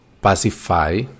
pacify